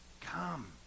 come